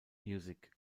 music